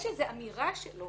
יש איזו אמירה שלו